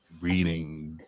reading